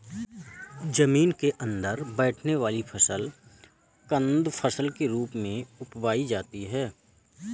जमीन के अंदर बैठने वाली फसल कंद फसल के रूप में उपजायी जाती है